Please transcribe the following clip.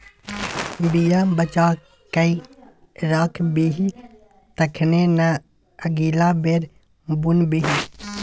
बीया बचा कए राखबिही तखने न अगिला बेर बुनबिही